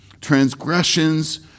Transgressions